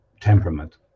temperament